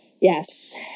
Yes